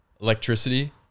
electricity